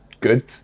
good